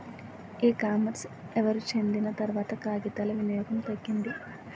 ఈ కామర్స్ ఎవరు చెందిన తర్వాత కాగితాల వినియోగం తగ్గింది